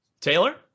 Taylor